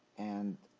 and